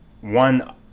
one